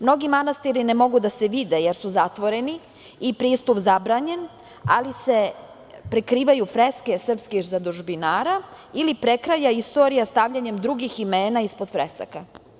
Mnogi manastiri ne mogu da se vide, jer su zatvoreni i pristup zabranjen, ali se prekrivaju freske srpskih zadužbinara ili prekraja istorija stavljanjem drugih imena ispod fresaka.